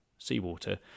seawater